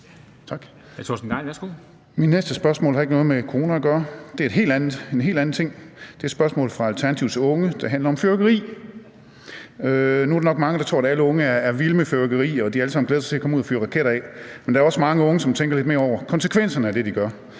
Tak. Mit næste spørgsmål har ikke noget med corona at gøre. Det er noget helt andet. Det er et spørgsmål fra Alternativets unge, og det handler om fyrværkeri. Nu er der nok mange, der tror, at alle unge er vilde med fyrværkeri, og at de alle sammen glæder sig til at komme ud og fyre raketter af, men der er også mange unge, som tænker lidt over konsekvenserne af det, de gør